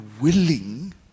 willing